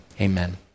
amen